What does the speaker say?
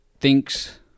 thinks